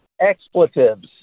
Expletives